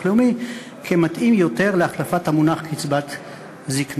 לאומי כמתאים יותר להחלפת המונח קצבת זיקנה.